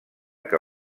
que